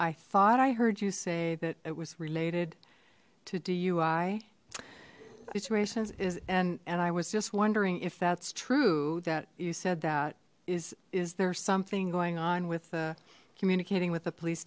i thought i heard you say that it was related to dui situations is and and i was just wondering if that's true that you said that is is there something going on with the communicating with the police